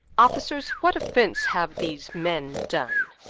officers, what offence have these men done?